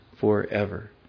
forever